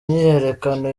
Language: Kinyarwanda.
myiyerekano